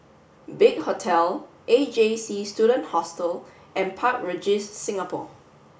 big Hotel A J C Student Hostel and Park Regis Singapore